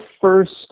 first